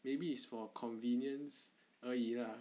maybe is for convenience 而已 lah